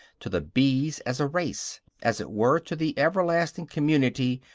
to the bees as a race as it were, to the everlasting community,